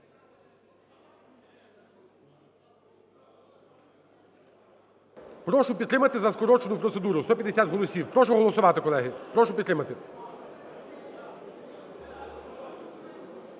Прошу підтримати за скорочену процедуру 150 голосів. Прошу голосувати, колеги, прошу підтримати.